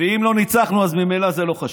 ואם לא ניצחנו אז ממילא זה לא חשוב.